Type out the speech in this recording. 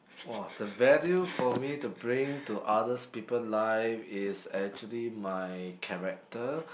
!wah! the value for me to bring to others people life is actually my character